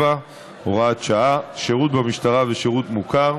והוראת שעה) (שירות במשטרה ושירות מוכר)